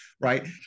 right